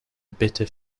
bitter